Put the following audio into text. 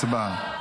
הצעת חוק שיקום,